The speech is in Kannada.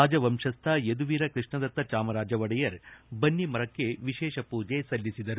ರಾಜವಂಶಸ್ಥ ಯದುವೀರ ಕೃಷ್ಣದತ್ತ ಚಾಮರಾಜ ಒಡೆಯರ್ ಬನ್ನಿಮರಕ್ಕೆ ವಿಶೇಷ ಮೂಜೆ ಸಲ್ಲಿಸಿದರು